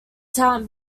talent